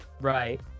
right